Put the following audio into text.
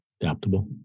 Adaptable